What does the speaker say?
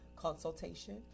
consultation